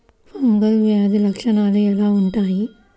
Fungal వ్యాధి లక్షనాలు ఎలా వుంటాయి?